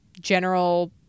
general